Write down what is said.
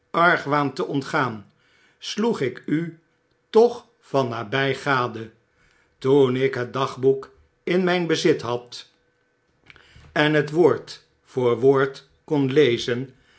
argwaan te ontgaan sloeg ik u toch van nabij gade toen ik het dagboek in myn bezit had en het woord voor woord kon lezen